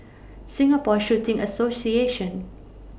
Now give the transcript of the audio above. Singapore Shooting Association